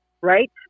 Right